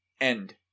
End